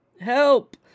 Help